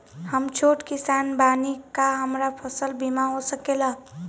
हम छोट किसान बानी का हमरा फसल बीमा हो सकेला?